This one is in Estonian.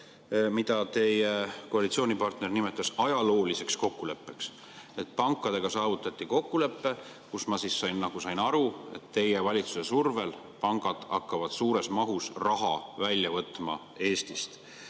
mida teie koalitsioonipartner nimetas ajalooliseks kokkuleppeks: pankadega saavutati kokkulepe, ma sain aru, et teie valitsuse survel hakkavad pangad suures mahus raha Eestist